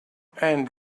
and